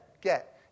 get